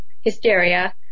hysteria